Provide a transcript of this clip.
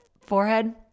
forehead